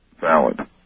valid